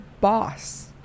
boss